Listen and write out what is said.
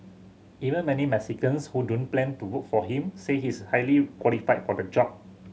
even many Mexicans who don't plan to vote for him say he is highly qualified for the job